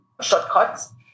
shortcuts